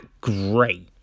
great